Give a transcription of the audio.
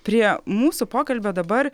prie mūsų pokalbio dabar